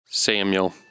Samuel